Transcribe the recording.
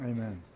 Amen